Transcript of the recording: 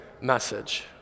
message